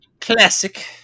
Classic